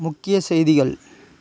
முக்கிய செய்திகள்